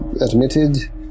admitted